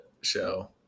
show